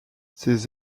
ses